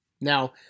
Now